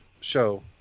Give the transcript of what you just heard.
show